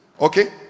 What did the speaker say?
Okay